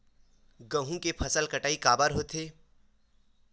गेहूं के फसल कटाई काबर होथे?